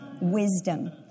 Wisdom